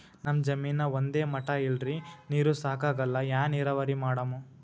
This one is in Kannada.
ನಮ್ ಜಮೀನ ಒಂದೇ ಮಟಾ ಇಲ್ರಿ, ನೀರೂ ಸಾಕಾಗಲ್ಲ, ಯಾ ನೀರಾವರಿ ಮಾಡಮು?